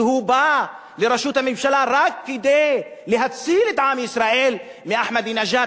שהוא בא לראשות הממשלה רק כדי להציל את עם ישראל מאחמדינג'אד,